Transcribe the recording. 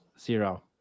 Zero